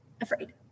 afraid